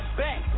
back